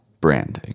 branding